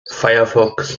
firefox